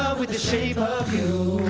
with the shape of you